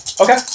Okay